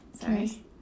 Sorry